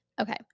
Okay